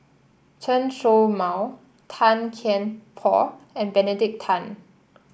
Chen Show Mao Tan Kian Por and Benedict Tan